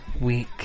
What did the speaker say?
week